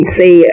see